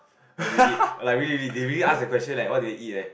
what do you eat like really really they really ask the question leh what do you eat eh